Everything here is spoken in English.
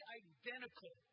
identical